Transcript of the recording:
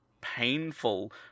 painful